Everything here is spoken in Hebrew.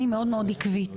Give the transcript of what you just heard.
אני מאוד מאוד עקבית.